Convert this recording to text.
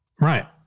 Right